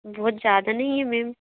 बहोत ज़्यादा नहीं हैं मैम